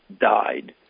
died